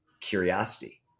curiosity